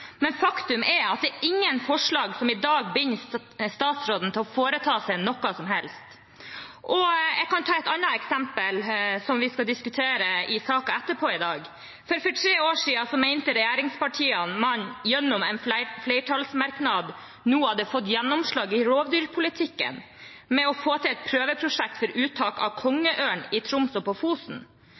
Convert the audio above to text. Men faktum er at det er ingen forslag som i dag binder statsråden til å foreta seg noe som helst. Jeg kan ta et annet eksempel som vi skal diskutere i saken etterpå i dag: For tre år siden mente regjeringspartiene at man gjennom en flertallsmerknad nå hadde fått gjennomslag i rovdyrpolitikken for å få til et prøveprosjekt for uttak av kongeørn i Troms og på Fosen.